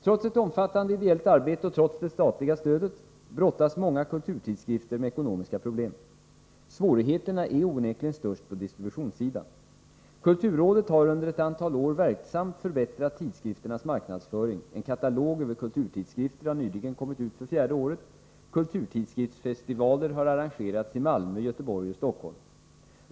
Trots ett omfattande ideellt arbete och trots det statliga stödet brottas många kulturtidskrifter med ekonomiska problem. Svårigheterna är onekligen störst på distributionssidan. Kulturrådet har under ett antal år verksamt förbättrat tidskrifternas marknadsföring: En katalog över kulturtidskrifter har nyligen kommit ut för fjärde året, kulturtidskriftsfestivaler har arrangerats i Malmö, Göteborg och Stockholm.